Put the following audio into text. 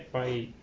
bye